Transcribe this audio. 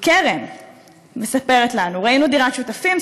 קרן מספרת לנו: ראינו דירת שותפים,